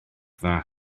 dda